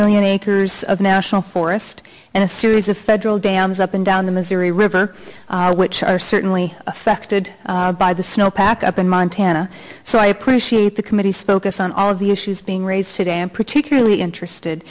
million acres of national forest and a series of federal dams up and down the missouri river which are certainly affected by the snowpack up in montana so i appreciate the committee's focus on all of the issues being raised today and particularly interested